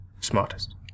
smartest